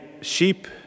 sheep